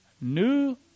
new